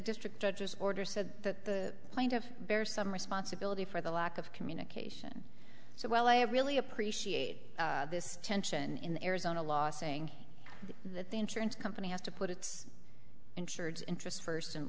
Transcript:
district judge's order said that kind of bears some responsibility for the lack of communication so well i really appreciate this tension in the arizona law saying that the insurance company has to put its insureds interests first and